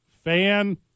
Fan